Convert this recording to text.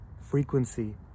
frequency